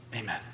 Amen